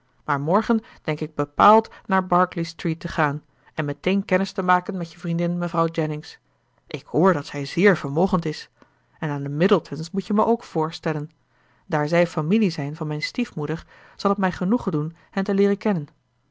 maar morgen denk ik bepaald naar berkeley street te gaan en meteen kennis te maken met je vriendin mevrouw jennings ik hoor dat zij zeer vermogend is en aan de middletons moet je mij ook voorstellen daar zij familie zijn van mijn stiefmoeder zal t mij genoegen doen hen te leeren kennen